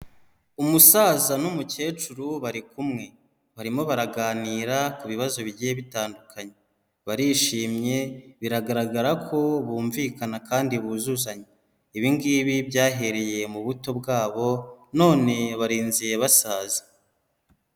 Umusaza n'umukecuru bari kumwe, barimo baraganira ku bibazo bigiye bitandukanye, barishimye biragaragara ko bumvikana kandi buzuzanya, ibi ngibi byahereye mu buto bwabo none barinze basaza.